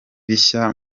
bishya